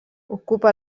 ocupa